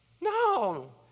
No